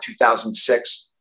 2006